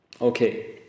Okay